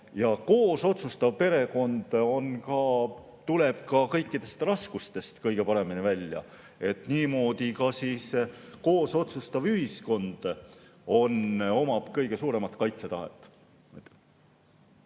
Koos otsustav perekond tuleb kõikidest raskustest kõige paremini välja, niimoodi ka koos otsustav ühiskond omab kõige suuremat kaitsetahet.